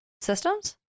systems